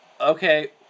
Okay